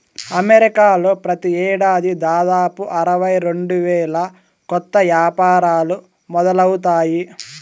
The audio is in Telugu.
అమెరికాలో ప్రతి ఏడాది దాదాపు అరవై రెండు వేల కొత్త యాపారాలు మొదలవుతాయి